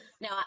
Now